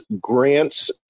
grants